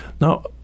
Now